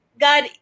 God